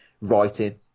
writing